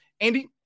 Andy